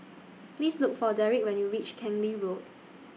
Please Look For Derrick when YOU REACH Keng Lee Road